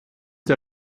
der